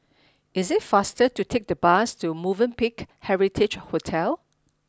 is it faster to take the bus to Movenpick Heritage Hotel